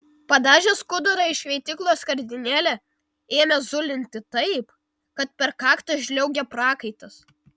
padažęs skudurą į šveitiklio skardinėlę ėmė zulinti taip kad per kaktą žliaugė prakaitas